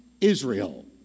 Israel